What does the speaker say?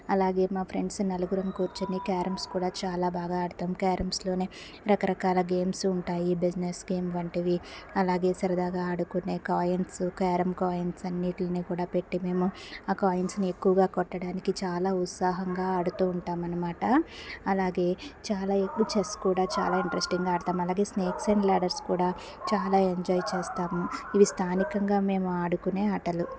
అలాగే మా ఫ్రెండ్స్ నలుగురం కూర్చుని క్యారమ్స్ కూడా చాలా బాగా ఆడుతాం క్యారమ్స్లోనే రకరకాల గేమ్స్ ఉంటాయి బిజినెస్ గేమ్ వంటివి అలాగే సరదాగా ఆడుకునే కాయిన్స్ క్యారం కాయిన్స్ అన్నిటిని కూడా పెట్టి మేము ఆ కాయిన్స్ని ఎక్కువగా కొట్టడానికి చాలా ఉత్సాహంగా ఆడుతూ ఉంటాం అనమాట అలాగే చాలా ఎప్పుడు చెస్ కూడా చాలా ఇంట్రెస్టింగా ఆడతాం అలాగే స్నేక్స్ అండ్ ల్యాడర్స్ కూడా చాలా ఎంజాయ్ చేస్తాము ఇవి స్థానికంగా మేము ఆడుకునే ఆటలు